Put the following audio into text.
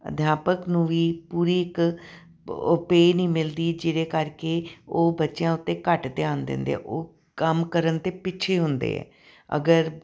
ਅਧਿਆਪਕ ਨੂੰ ਵੀ ਪੂਰੀ ਇੱਕ ਉਹ ਪੇ ਨਹੀਂ ਮਿਲਦੀ ਜਿਹਦੇ ਕਰਕੇ ਉਹ ਬੱਚਿਆਂ ਉੱਤੇ ਘੱਟ ਧਿਆਨ ਦਿੰਦੇ ਆ ਉਹ ਕੰਮ ਕਰਨ ਤੋਂ ਪਿੱਛੇ ਹੁੰਦੇ ਆ ਅਗਰ